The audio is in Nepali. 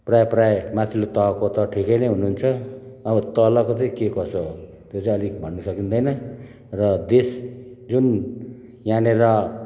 प्राय प्राय माथिल्लो तहको त ठिकै नै हुनुहुन्छ अब तलको चै के कसो हो त्यो चाहिँ आलिक भन्नु सकिँदैन र देश जुन यहाँनेर